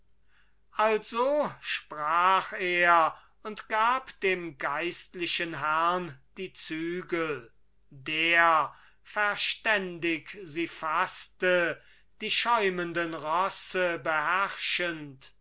also sprach er und gab dem geistlichen herrn die zügel der verständig sie faßte die schäumenden rosse beherrschend